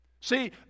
See